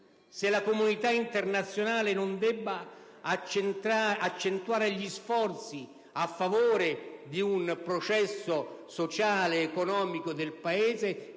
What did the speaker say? se la comunità internazionale non debba accentuare gli sforzi a favore di un processo sociale ed economico del Paese